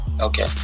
Okay